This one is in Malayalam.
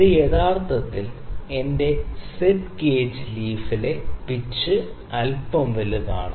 ഇത് യഥാർത്ഥത്തിൽ എന്റെ സെറ്റ് ഗേജിന്റെ ലീഫിലെ പിച്ച് അല്പം വലുതാണ്